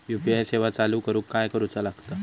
UPI सेवा चालू करूक काय करूचा लागता?